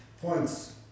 points